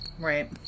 Right